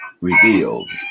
Revealed